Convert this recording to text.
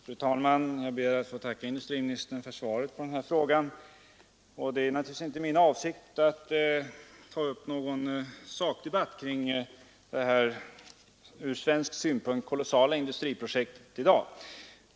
Fru talman! Jag ber att få tacka industriministern för svaret på den här frågan. Det är naturligtvis inte min avsikt att i dag ta upp någon sakdebatt kring detta ur svensk synpunkt kolossala industriprojekt.